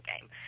game